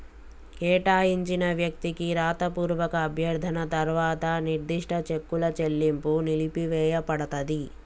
కేటాయించిన వ్యక్తికి రాతపూర్వక అభ్యర్థన తర్వాత నిర్దిష్ట చెక్కుల చెల్లింపు నిలిపివేయపడతది